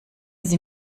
sie